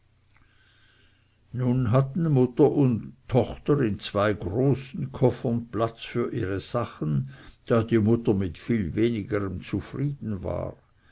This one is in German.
nun hatten mutter und tochter in zwei großen koffern platz für ihre sachen da die mutter mit viel wenigerm zufrieden war